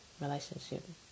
relationship